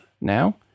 now